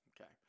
okay